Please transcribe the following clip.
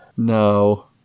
No